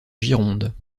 gironde